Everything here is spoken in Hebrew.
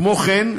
כמו כן,